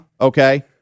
Okay